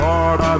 Lord